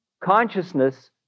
consciousness